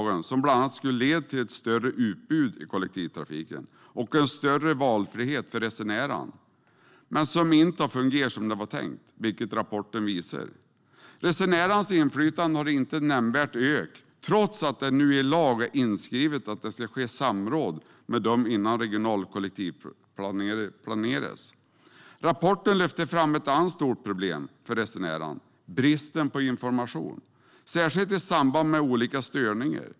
Lagen skulle bland annat leda till ett större utbud i kollektivtrafiken och en större valfrihet för resenärerna men har inte fungerat som det var tänkt, vilket rapporten visar. Resenärernas inflytande har inte nämnvärt ökat, trots att det nu i lag är inskrivet att det ska ske samråd med dem innan de regionala kollektivtrafikplanerna beslutas. Rapporten lyfter fram ett annat stort problem för resenärerna: bristen på information, särskilt i samband med olika störningar.